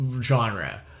genre